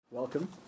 Welcome